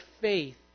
faith